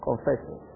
Confession